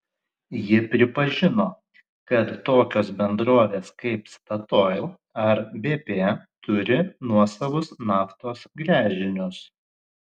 ji pripažino kad tokios bendrovės kaip statoil ar bp turi nuosavus naftos gręžinius